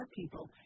people